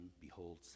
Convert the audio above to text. behold